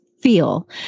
Feel